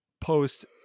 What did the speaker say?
Post